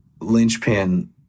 linchpin